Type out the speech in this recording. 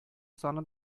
саны